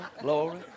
glory